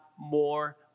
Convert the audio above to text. more